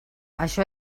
això